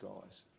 guys